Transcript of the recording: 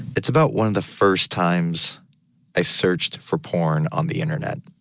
it's about one of the first times i searched for porn on the internet.